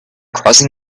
crossing